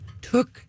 took